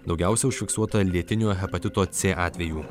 daugiausia užfiksuota lėtinio hepatito c atvejų